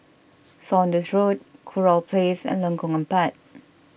Saunders Road Kurau Place and Lengkong Empat